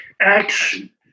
Action